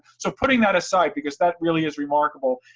so, putting that aside, because that really is remarkable.